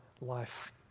life